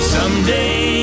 Someday